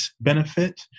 benefit